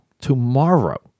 tomorrow